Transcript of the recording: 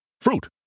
Fruit